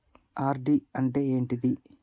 RD అంటే ఏంటిది?